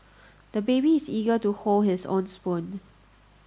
the baby is eager to hold his own spoon